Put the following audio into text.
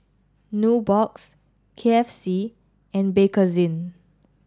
Nubox K F C and Bakerzin